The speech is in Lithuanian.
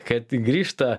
kad grįžta